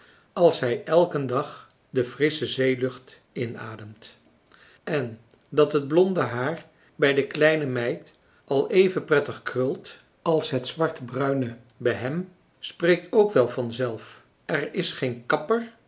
als hij elken dag de frissche zeelucht inademt en dat het blonde haar bij de kleine meid al even prettig krult als het zwart bruine bij hem spreekt ook wel van zelf er is geen kapper